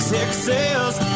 Texas